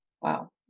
Wow